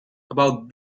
about